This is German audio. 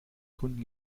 gründen